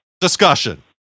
discussion